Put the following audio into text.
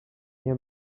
nie